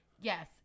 Yes